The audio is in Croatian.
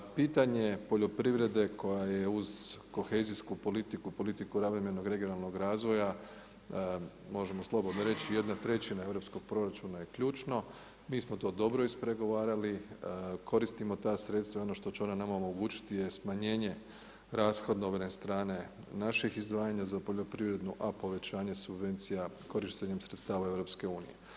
Pitanje poljoprivrede koja je uz kohezijsku politiku, politiku ravnomjernog regionalnog razvoja možemo slobodno reći 1/3 europskog proračuna je ključno, mi smo to dobro izpregovarali, koristimo ta sredstva i ono što će ona nama omogućiti je smanjenje rashodovne strane naših izdvajanja za poljoprivredu, a povećanje subvencija korištenjem sredstava EU.